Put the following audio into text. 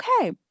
okay